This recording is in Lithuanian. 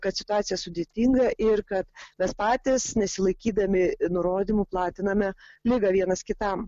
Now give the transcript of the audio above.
kad situacija sudėtinga ir kad mes patys nesilaikydami nurodymų platiname ligą vienas kitam